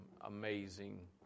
amazing